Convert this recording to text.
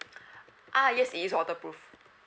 ah yes it is waterproof